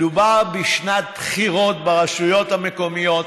מדובר בשנת בחירות ברשויות המקומיות,